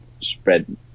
spread